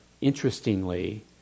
interestingly